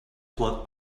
what